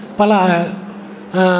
Pala